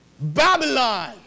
Babylon